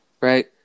right